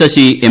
Sasi M